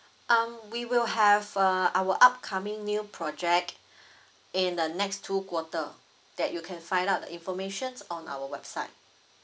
um we will have uh our upcoming new project in the next two quarter that you can find out the informations on our website